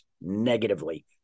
negatively